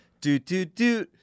Do-do-do